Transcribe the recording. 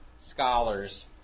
scholars